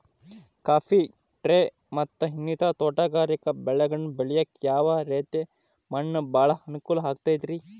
Coffee, tea, ಮತ್ತ ಇನ್ನಿತರ ತೋಟಗಾರಿಕಾ ಬೆಳೆಗಳನ್ನ ಬೆಳೆಯಾಕ ಯಾವ ರೇತಿ ಮಣ್ಣ ಭಾಳ ಅನುಕೂಲ ಆಕ್ತದ್ರಿ?